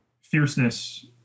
fierceness